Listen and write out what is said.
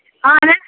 اَہَن حظ